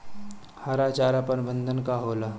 हरा चारा प्रबंधन का होला?